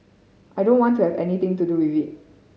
I don't want to have anything to do with it